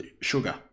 sugar